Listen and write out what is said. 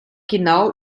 genau